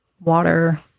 water